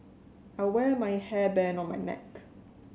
I wear my hairband on my neck